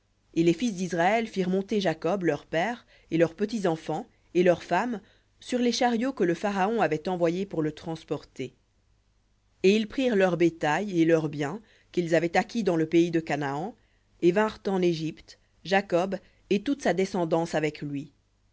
et les fils d'israël firent monter jacob leur père et leurs petits enfants et leurs femmes sur les chariots que le pharaon avait envoyés pour le transporter et ils prirent leur bétail et leur bien qu'ils avaient acquis dans le pays de canaan et vinrent en égypte jacob et toute sa descendance avec lui